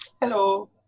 Hello